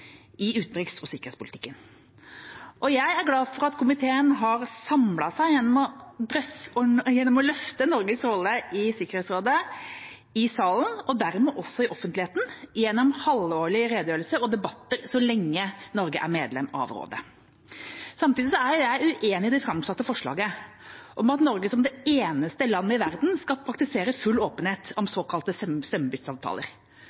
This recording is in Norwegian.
i utenriks- og sikkerhetspolitikken. Jeg er glad for at komiteen har samlet seg gjennom å løfte Norges rolle i Sikkerhetsrådet i salen, og dermed også i offentligheten, gjennom halvårlige redegjørelser og debatter så lenge Norge er medlem av rådet. Samtidig er jeg uenig i det framsatte forslaget om at Norge – som det eneste land i verden – skal praktisere full åpenhet om